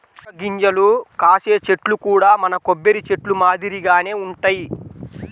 వక్క గింజలు కాసే చెట్లు కూడా మన కొబ్బరి చెట్లు మాదిరిగానే వుంటయ్యి